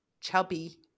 chubby